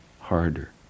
harder